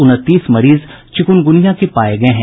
उनतीस मरीज चिकुनगुनिया के पाये गये हैं